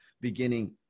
beginning